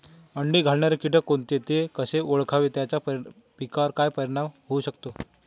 अंडी घालणारे किटक कोणते, ते कसे ओळखावे त्याचा पिकावर काय परिणाम होऊ शकतो?